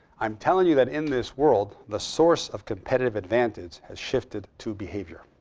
i'm telling you that, in this world, the source of competitive advantage has shifted to behavior,